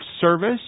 service